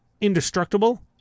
Indestructible